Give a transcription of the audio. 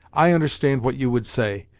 i understand what you would say,